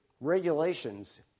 regulations